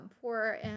poor